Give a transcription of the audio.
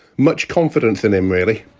much confidence in him, really,